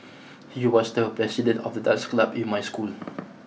he was the president of the dance club in my school